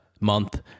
month